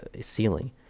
ceiling